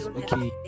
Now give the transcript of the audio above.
okay